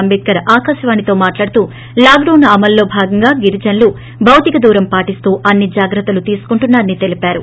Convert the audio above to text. అంటేద్కర్ ఆకాశవాణితో మాట్లాడుతూ lockdown అమలులో భాగంగా గిరిజనులు భౌతిక దూరం పాటిస్తూ అన్ని జాగ్రత్తలు తీసుకుంటున్నారని తెలిపారు